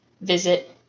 visit